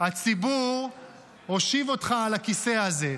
הציבור הושיב אותך על הכיסא הזה.